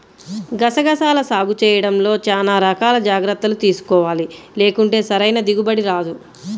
గసగసాల సాగు చేయడంలో చానా రకాల జాగర్తలు తీసుకోవాలి, లేకుంటే సరైన దిగుబడి రాదు